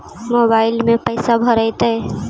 Mobile में पैसा भरैतैय?